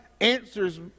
answers